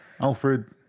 Alfred